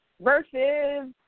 versus